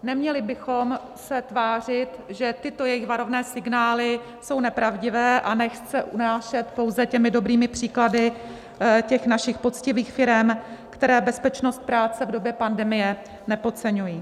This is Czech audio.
Neměli bychom se tvářit, že tyto jejich varovné signály jsou nepravdivé, a nechat se unášet pouze dobrými příklady těch našich poctivých firem, které bezpečnost práce v době pandemie nepodceňují.